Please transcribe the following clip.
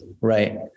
right